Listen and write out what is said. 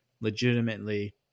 legitimately